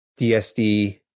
DSD